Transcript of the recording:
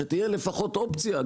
שתהיה לפחות אופציה.